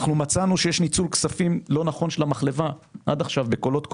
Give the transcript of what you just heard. מצאנו שיש ניצול לא נכון של כספי המחלבה בקולות קוראים,